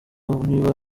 niba